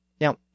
Now